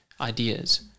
ideas